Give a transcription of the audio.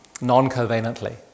non-covalently